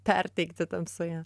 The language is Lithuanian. perteikti tamsoje